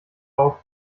auf